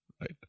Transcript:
Right